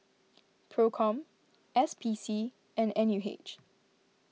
Procom S P C and N U H